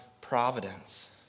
providence